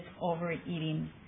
overeating